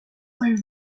holm